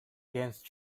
against